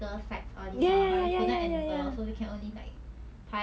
but ya I was quite sad but then it was quite nice also cause 真的 like